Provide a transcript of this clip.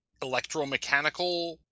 electromechanical